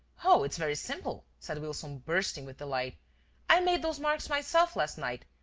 oh, it's very simple, said wilson, bursting with delight. i made those marks myself last night,